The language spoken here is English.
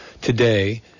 today